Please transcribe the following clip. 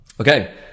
Okay